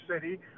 City